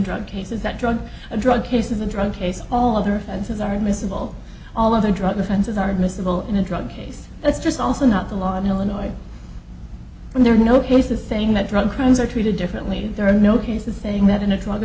drug cases that drug a drug cases a drug case all other offenses are admissible all other drug offenses are admissible in a drug case that's just also not the law in illinois and there are no cases saying that drug crimes are treated differently there are no cases saying that in a drug